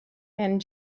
and